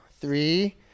three